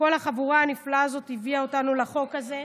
כל החבורה הנפלאה הזאת הביאה אותנו לחוק הזה.